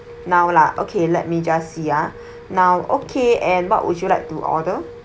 now lah okay let me just see ah now okay and what would you like to order